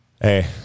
Hey